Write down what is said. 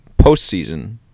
postseason